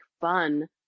fun